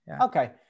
Okay